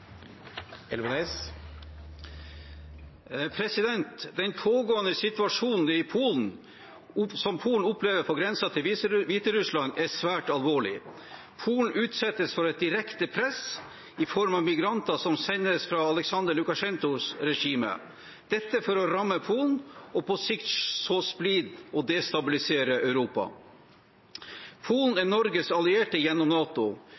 Den pågående situasjonen som Polen opplever på grensen til Hviterussland, er svært alvorlig. Polen utsettes for et direkte press i form av migranter som sendes fra Aleksandr Lukasjenkos regime. Dette er for å ramme Polen og på sikt så splid og destabilisere Europa. Polen er Norges allierte gjennom NATO.